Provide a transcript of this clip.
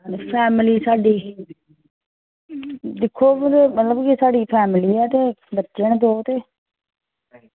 family साढ़ी दिक्खी हून मतलब कि साढ़ी फैमिली ऐ ते बच्चे न दो ते